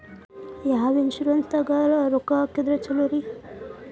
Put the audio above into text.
ಯಾವ ಇನ್ಶೂರೆನ್ಸ್ ದಾಗ ರೊಕ್ಕ ಹಾಕಿದ್ರ ಛಲೋರಿ?